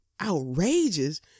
outrageous